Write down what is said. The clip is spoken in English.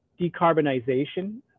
decarbonization